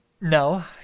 No